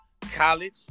College